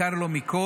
היקר לו מכול,